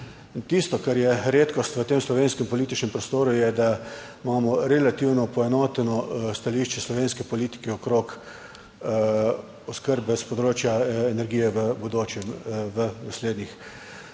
tisto, kar je redkost v tem slovenskem političnem prostoru, je, da imamo relativno poenoteno stališče slovenske politike okrog oskrbe s področja energije v bodoče, v naslednjih